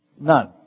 None